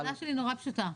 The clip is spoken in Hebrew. השאלה שלי נורא פשוטה.